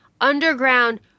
underground